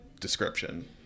description